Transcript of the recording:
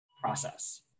process